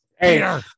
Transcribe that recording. Hey